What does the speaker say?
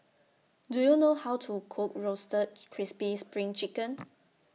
Do YOU know How to Cook Roasted Crispy SPRING Chicken